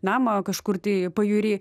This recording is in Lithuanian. namą kažkur tai pajūry